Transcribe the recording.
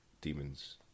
demons